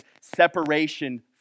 separation